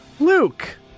Luke